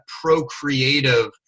procreative